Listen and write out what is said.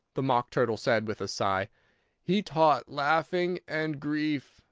the mock turtle said with a sigh he taught laughing and grief,